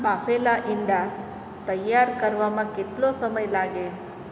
બાફેલાં ઈંડા તૈયાર કરવામાં કેટલો સમય લાગે